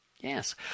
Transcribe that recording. Yes